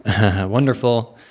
wonderful